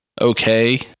Okay